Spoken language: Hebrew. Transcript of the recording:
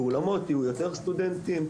באולמות יהיו יותר סטודנטים,